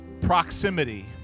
proximity